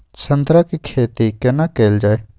संतरा के खेती केना कैल जाय?